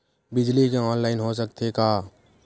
बिजली के ऑनलाइन हो सकथे का?